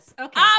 okay